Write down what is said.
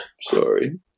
sorry